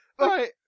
right